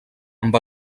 amb